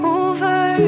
over